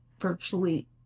virtually